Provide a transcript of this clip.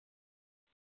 नमस्ते